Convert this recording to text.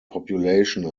population